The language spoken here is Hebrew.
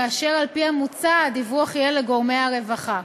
כאשר על-פי המוצע הדיווח יהיה לגורמי הרווחה.